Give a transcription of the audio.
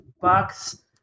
box